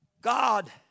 God